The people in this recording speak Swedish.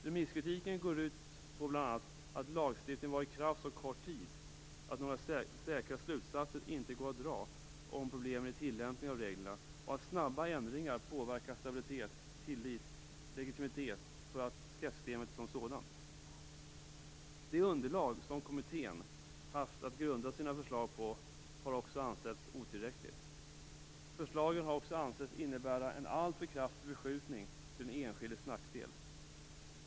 Remisskritiken går bl.a. ut på att lagstiftningen varit i kraft så kort tid att det inte går att dra säkra slutsatser beträffande problem i tillämpningen av reglerna och att snabba ändringar påverkar stabilitet, tillit och legitimitet hos skattesystemet som sådant. Det underlag som kommittén haft att grunda sina förslag på har också ansetts otillräckligt. Förslagen har även ansetts innebära en alltför kraftig förskjutning till den enskildes nackdel.